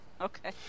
Okay